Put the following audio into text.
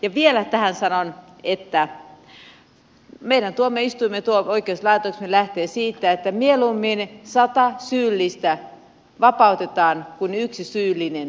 ja vielä tähän sanon että meidän oikeuslaitos lähtee siitä että mieluummin sata syyllistä vapautetaan kuin yksi syytön tuomitaan